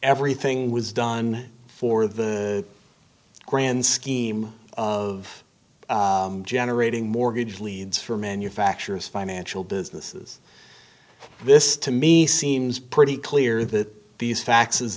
everything was done for the grand scheme of generating mortgage leads for manufacturers financial businesses this to me seems pretty clear that these faxes